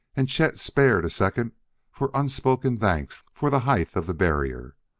and chet spared a second for unspoken thanks for the height of the barrier.